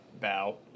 bow